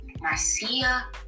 Marcia